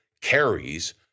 carries